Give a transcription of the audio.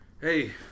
Hey